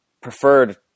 preferred